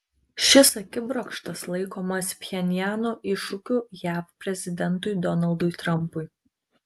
šis akibrokštas laikomas pchenjano iššūkiu jav prezidentui donaldui trampui